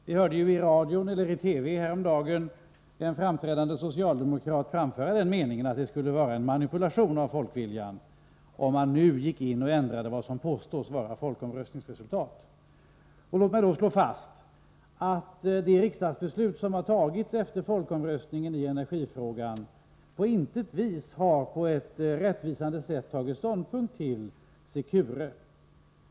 Vi hörde i TV häromdagen en framträdande socialdemokrat framföra meningen, att det skulle vara en manipulation av folkviljan, om man nu gick in och ändrade vad som påstås vara folkomröstningsresultatet. 21 Låt mig då slå fast att det riksdagsbeslut som har fattats efter folkomröstningen i energifrågan på intet vis har på ett rättvisande sätt tagit ståndpunkt till Secure.